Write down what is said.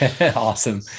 Awesome